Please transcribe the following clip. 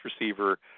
receiver